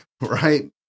right